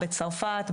בצרפת,